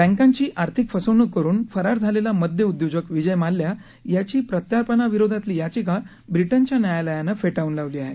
बँकांची आर्थिक फसवणूक करून फरार झालेला मद्य उद्योजक विजय माल्या याची प्रत्यार्पणाविरोधातली याचिका ब्रिटनच्या न्यायालयानं फेटाळून लावली आहे